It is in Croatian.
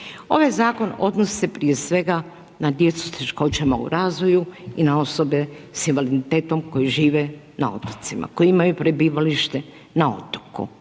Ovaj zakon odnosi se prije svega na djecu sa teškoćama u razvoju i na osobe sa invaliditetom koje žive na otocima, koje imaj prebivalište na otoku.